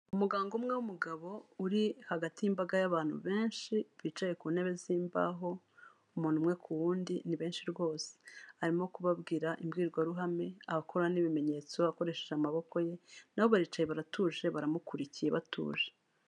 Umuganga umwe w'umugabo uri hagati y'imbaga y'abantu benshi bicaye ku ntebe z'imbaho umuntu umwe ku w'undi ni benshi rwose. Arimo kubabwira imbwirwaruhame akora n'ibimenyetso akoresheje amaboko ye, nabo baricaye baratuje baramukurikiye batuje.